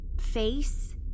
Face